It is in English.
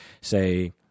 say